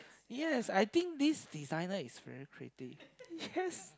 yes I think this designer is very creative yes